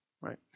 right